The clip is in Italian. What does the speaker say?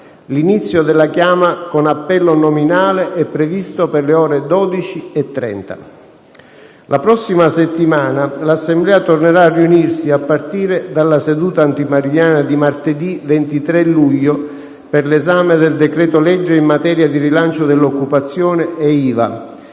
L'inizio della chiama con appello nominale è previsto per le ore 12,30. La prossima settimana l'Assemblea tornerà a riunirsi a partire dalla seduta antimeridiana di martedì 23 luglio, per 1'esame del decreto-legge in materia di rilancio dell'occupazione e IVA.